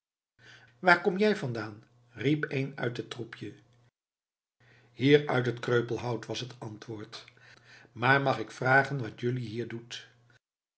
waar kom jij vandaan riep een uit het troepje hier uit het kreupelhout was het antwoord maar mag ik vragen wat jeluî hier doet